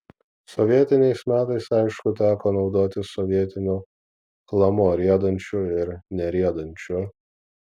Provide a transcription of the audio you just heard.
sovietiniais metais aišku teko naudotis sovietiniu chlamu riedančiu ir neriedančiu